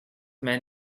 men